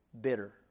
bitter